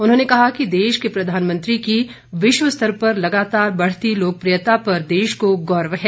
उन्होंने कहा कि देश के प्रधानमंत्री की विश्व स्तर पर लगातार बढ़ती लोकप्रियता पर देश को गौरव है